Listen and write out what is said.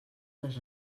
les